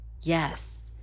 Yes